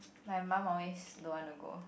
my mum always don't want to go